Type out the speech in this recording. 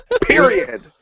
Period